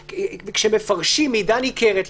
כשמפרשים, למשל, "מידה ניכרת",